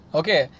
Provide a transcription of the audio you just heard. okay